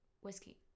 Whiskey